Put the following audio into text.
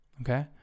okay